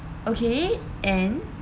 okay and